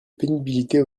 pénibilité